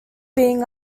being